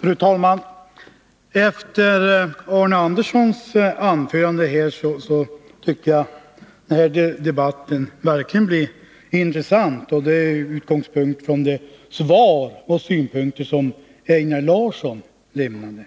Fru talman! Efter Arne Anderssons i Ljung anförande tycker jag att den här debatten verkligen blivit intressant med utgångspunkt i de synpunkter och svar som Einar Larsson lämnade.